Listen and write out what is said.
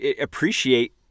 appreciate